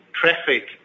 traffic